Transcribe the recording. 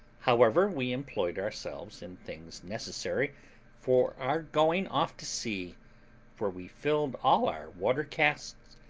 however, we employed ourselves in things necessary for our going off to sea for we filled all our water-casks,